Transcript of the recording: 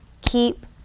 keep